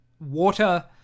water